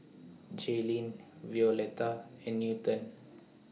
Jaelynn Violetta and Newton